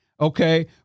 Okay